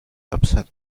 upset